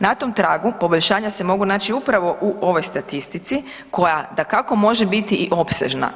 Na tom tragu poboljšanja se mogu naći upravo u ovoj statistici koja dakako može biti i opsežna.